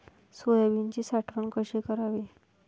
सोयाबीनची साठवण कशी करावी?